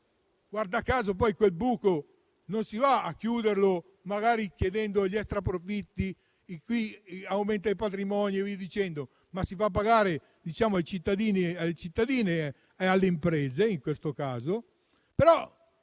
guarda caso, quel buco non si va a chiuderlo magari chiedendo gli extraprofitti a chi aumenta il patrimonio e così via, ma si fa pagare ai cittadini e alle imprese, come in questo caso.